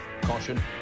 caution